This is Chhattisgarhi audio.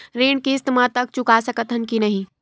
ऋण किस्त मा तक चुका सकत हन कि नहीं?